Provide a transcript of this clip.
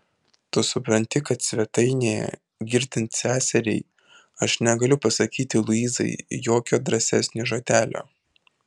tu supranti kad svetainėje girdint seseriai aš negaliu pasakyti luizai jokio drąsesnio žodelio